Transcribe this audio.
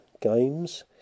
Games